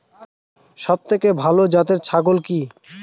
সবথেকে ভালো জাতের ছাগল কি?